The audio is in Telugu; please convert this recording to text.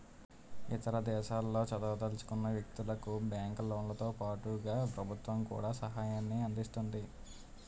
ఇతర దేశాల్లో చదవదలుచుకున్న వ్యక్తులకు బ్యాంకు లోన్లతో పాటుగా ప్రభుత్వం కూడా సహాయాన్ని అందిస్తుంది